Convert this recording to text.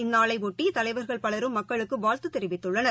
இந்நாளையொட்டிதலைவர்கள் பலரும் மக்களுக்குவாழ்த்துதெரிவித்துள்ளனர்